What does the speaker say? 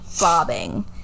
bobbing